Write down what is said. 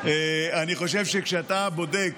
אני חושב שכשאתה בודק